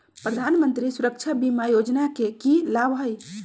प्रधानमंत्री सुरक्षा बीमा योजना के की लाभ हई?